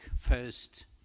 first